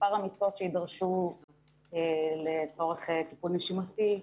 מספר המיטות שיידרשו לצורך טיפול נשימתי,